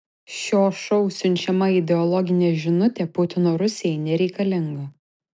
šio šou siunčiama ideologinė žinutė putino rusijai nereikalinga